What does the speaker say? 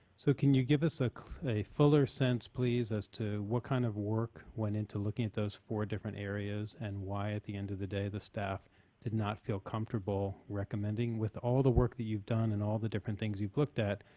so, can you give us ah a fuller sense please as to what kind of work went into looking at those four different areas and why at the end of the day the staff did not feel comfortable recommending with all the work that you've done and all the different things you've looked at,